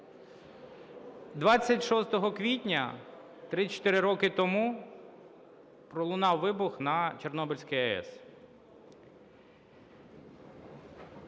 26 квітня 34 роки тому пролунав вибух на Чорнобильській АЕС.